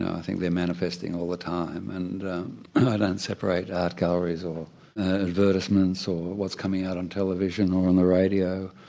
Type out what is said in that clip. i think they're manifesting all the time and but and separate art galleries, or advertisements, or what's coming out on television, or on the radio.